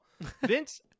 Vince